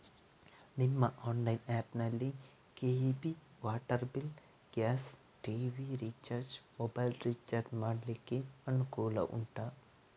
ನಿಮ್ಮ online app ನಲ್ಲಿ KEB, water bill, gas, TV recharge, mobile recharge ಮಾಡ್ಲಿಕ್ಕೆ ಅನುಕೂಲ ಉಂಟಾ